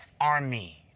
army